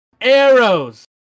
arrows